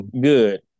good